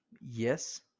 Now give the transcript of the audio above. yes